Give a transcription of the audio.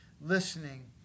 listening